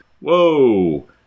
whoa